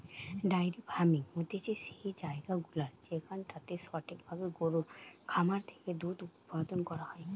diary farming হতিছে সেই জায়গাগুলা যেখানটাতে সঠিক ভাবে গরুর খামার থেকে দুধ উপাদান করা হয়